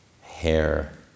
hair